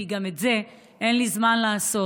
כי גם את זה אין לי זמן לעשות.